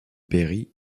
berry